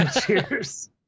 cheers